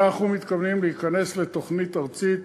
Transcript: אנחנו מתכוונים להיכנס לתוכנית ארצית,